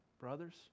brothers